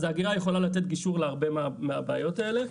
אז האגירה יכולה לתת גישור להרבה מהבעיות האלה.